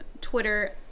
Twitter